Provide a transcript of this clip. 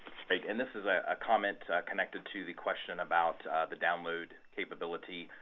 great. and this is a comment connected to the question about the download capability.